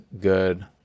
good